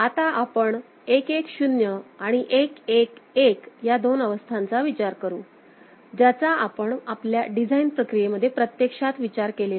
आता आपण 1 1 0 आणि 1 1 1 या दोन अवस्थांचा विचार करू ज्याचा आपण आपल्या डिझाइन प्रक्रियेमध्ये प्रत्यक्षात विचार केलेला नाही